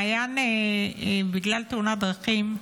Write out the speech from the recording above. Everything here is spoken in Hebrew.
למעיין, בגלל תאונת דרכים,